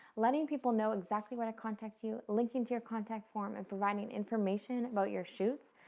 letting people know exactly where to contact you, linking to your contact form, and providing information about your shoots.